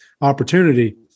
opportunity